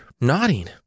nodding